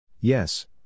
Yes